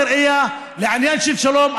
לעניין של שלום,